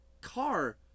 car